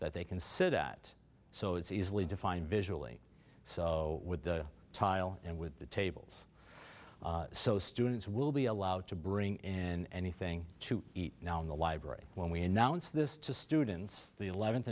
that they can sit at so it's easily defined visually so with the tile and with the tables so students will be allowed to bring in anything to eat now in the library when we announced this to students the eleventh